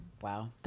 wow